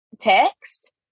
text